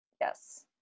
yes